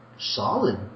Solid